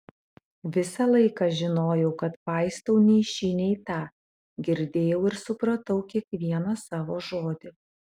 visą laiką žinojau kad paistau nei šį nei tą girdėjau ir supratau kiekvieną savo žodį